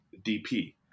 DP